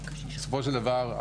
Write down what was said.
בסופו של דבר,